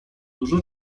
dużo